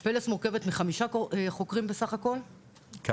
"פלס" מורכבת מחמישה חוקרים בסך הכל -- כמה?